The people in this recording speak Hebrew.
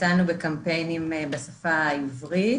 יצאנו בקמפיינים בשפה הערבית.